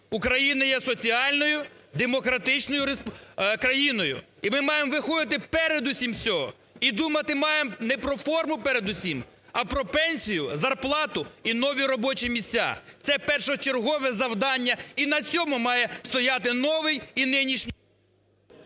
"Україна є соціальною, демократичною країною". І ми маємо виходити передусім з цього, і думати маємо не про форму передусім, а про пенсію, зарплату і нові робочі місця. Це першочергове завдання, і на цьому має стояти новий і нинішній…